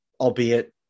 albeit